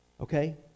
Okay